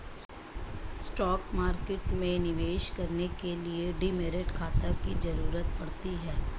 stock market में निवेश करने के लिए डीमैट खाता की जरुरत पड़ती है